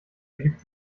ergibt